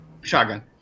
Shotgun